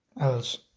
else